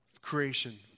creation